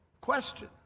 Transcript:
question